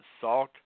salt